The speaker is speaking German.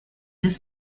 des